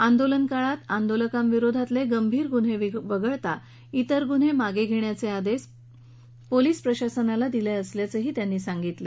आंदोलन काळात आंदोलकांविरोधातले गंभीर गुन्हे वगळता इतर गुन्हे मागे घेण्याचे आदेश पोलीस प्रशासनाला दिले असल्याचंही मुख्यमंत्र्यांनी सांगितलं